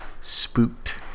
spooked